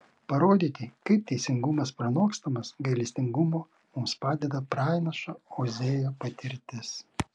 parodyti kaip teisingumas pranokstamas gailestingumo mums padeda pranašo ozėjo patirtis